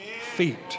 feet